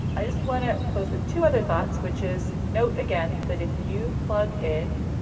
i just wanna close with two other thoughts, which is, note again that if you plug in